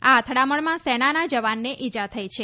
આ અથડામણમાં સેનાના જવાનને ઈજા થઈ છે